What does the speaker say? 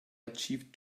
achieved